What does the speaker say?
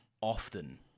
often